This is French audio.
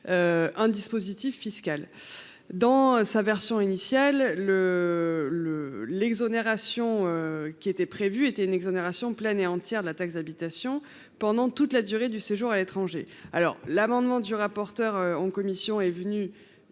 un dispositif fiscal. Dans la version initiale de l'article, il était prévu une exonération pleine et entière de la taxe d'habitation pendant toute la durée du séjour à l'étranger. L'amendement du rapporteur adopté en commission a